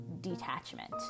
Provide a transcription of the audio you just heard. detachment